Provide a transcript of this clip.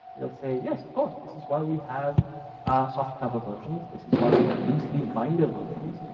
they'll say yes, of course. this is why we have soft cover versions. this is why we have loose leaf binder versions.